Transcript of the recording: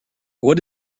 what